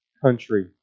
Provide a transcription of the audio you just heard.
Country